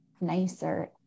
nicer